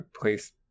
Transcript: Please